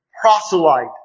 proselyte